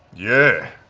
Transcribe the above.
yeah.